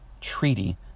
treaty